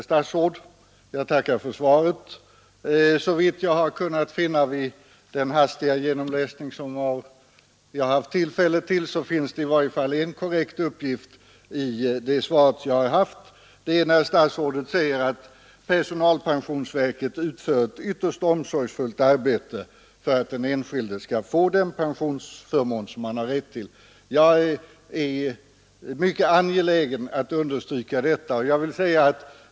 Herr talman! Jag tackar herr statsrådet för svaret. Såvitt jag kunnat finna vid den hastiga genomläsning som jag har haft tillfälle till finns det i varje fall en korrekt uppgift i svaret. Det är när statsrådet säger att personalpensionsverket ”utför ett ytterst omsorgsfullt arbete för att den enskilde skall få den pensionsförmån han har rätt till ———”. Jag är mycket angelägen om att understryka detta.